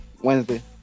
Wednesday